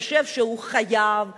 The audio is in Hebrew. חושב שהוא חייב ללמוד,